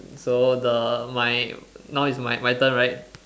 so the my now is my my turn right